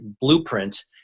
blueprint